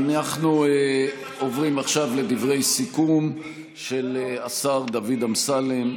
עוד משפט אחרון.